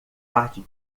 parte